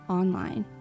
online